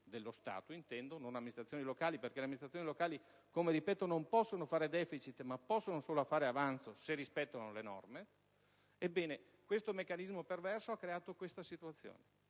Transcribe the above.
dello Stato e non amministrazioni locali, perché queste ultime non possono fare *deficit* ma possono solo fare avanzo se rispettano le norme. Ebbene, questo meccanismo perverso ha creato questa situazione: